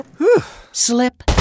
slip